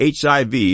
HIV